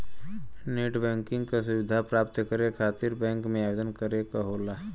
net banking क सुविधा प्राप्त करे खातिर बैंक में आवेदन करे क होला